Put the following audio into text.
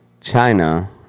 China